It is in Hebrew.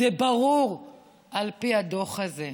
זה ברור על פי הדוח הזה,